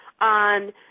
on